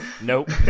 nope